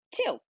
two